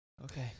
Okay